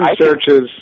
searches